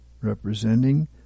representing